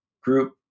group